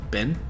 Ben